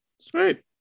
Sweet